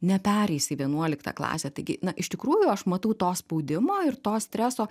nepereis į vienuoliktą klasę taigi na iš tikrųjų aš matau to spaudimo ir to streso